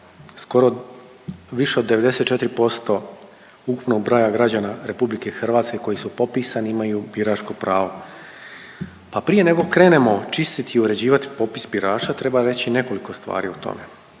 skoro više od 94% ukupnog broja građana RH koji su popisani imaju biračko pravo. Pa prije nego krenemo čistiti i uređivati popis birača treba reći nekoliko stvari o tome.